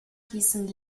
hießen